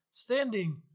Standing